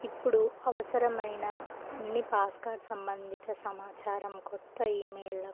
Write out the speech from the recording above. ఇప్పుడు అవసరమైన అన్ని పాస్కార్డ్ సంబంధిత సమాచారం కొత్త ఈమెయిల్కు